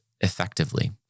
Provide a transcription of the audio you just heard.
effectively